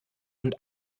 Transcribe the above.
und